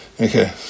okay